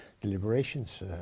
deliberations